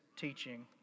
teaching